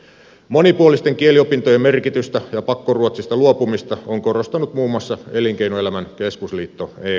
monipuolisten kieliopintojen merkitystä ja pakkoruotsista luopumista on korostanut muun muassa elinkeinoelämän keskusliitto ek